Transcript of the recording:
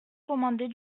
commandée